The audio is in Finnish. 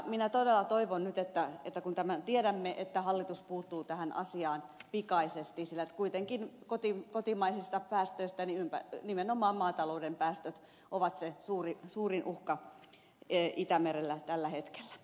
minä todella toivon nyt että kun tämän tiedämme hallitus puuttuu tähän asiaan pikaisesti sillä kuitenkin kotimaisista päästöistä nimenomaan maatalouden päästöt ovat se suurin uhka itämerelle tällä hetkellä